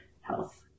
health